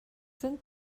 sind